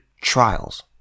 trials